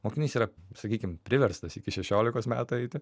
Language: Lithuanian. mokinys yra sakykim priverstas iki šešiolikos metų eiti